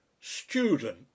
Student